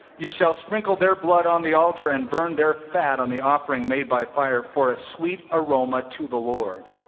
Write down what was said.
you shall sprinkle their blood on the altar, and burn their fat on the offering made by fire, for a sweet aroma to the lord.